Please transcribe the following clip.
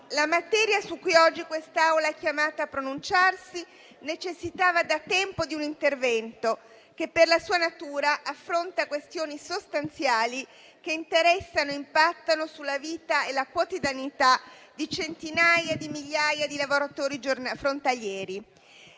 la materia su cui oggi quest'Aula è chiamata a pronunciarsi necessitava da tempo di un intervento, che per la sua natura affronta questioni sostanziali, che interessano ed impattano sulla vita e la quotidianità di centinaia di migliaia di lavoratori frontalieri.